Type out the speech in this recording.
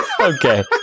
okay